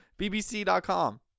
bbc.com